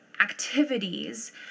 activities